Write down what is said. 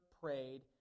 prayed